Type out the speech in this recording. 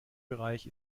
bereich